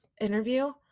interview